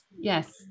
Yes